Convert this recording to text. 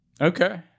Okay